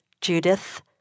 Judith